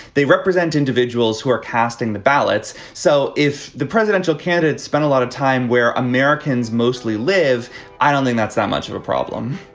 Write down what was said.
they represent individuals who are casting the ballots. so if the presidential candidates spend a lot of time where americans mostly live i don't think that's not much of a problem